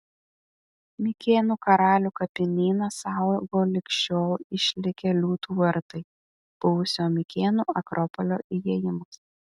mikėnų karalių kapinyną saugo lig šiol išlikę liūtų vartai buvusio mikėnų akropolio įėjimas